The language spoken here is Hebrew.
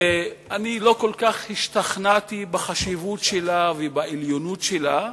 שאני לא כל כך השתכנעתי בחשיבות שלה ובעליונות שלה,